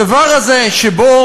הדבר הזה שבו